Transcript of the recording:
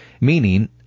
meaning